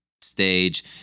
stage